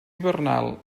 hivernal